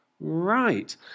Right